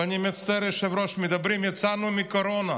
ואני מצטער, היושב-ראש, אומרים: יצאנו מהקורונה.